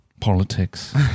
politics